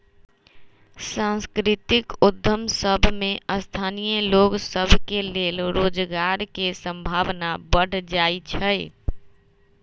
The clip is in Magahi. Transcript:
सांस्कृतिक उद्यम सभ में स्थानीय लोग सभ के लेल रोजगार के संभावना बढ़ जाइ छइ